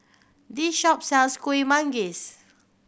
this shop sells Kuih Manggis